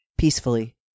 peacefully